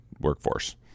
workforce